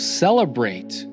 celebrate